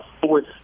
fourth